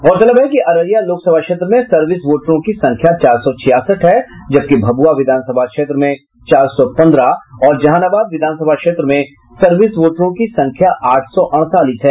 गौरतलब है कि अररिया लोकसभा क्षेत्र में सर्विस वोटरों की संख्या चार सौ छियासठ है जबकि भभुआ विधानसभा क्षेत्र में चार सौ पन्द्रह और जहानाबाद विधानसभा क्षेत्र में सर्विस वोटरों की संख्या आठ सौ अड़तालीस है